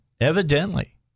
evidently